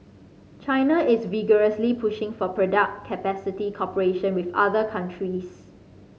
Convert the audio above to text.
China is vigorously pushing for production capacity cooperation with other countries